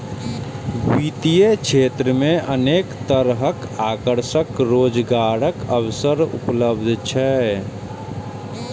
वित्तीय क्षेत्र मे अनेक तरहक आकर्षक रोजगारक अवसर उपलब्ध छै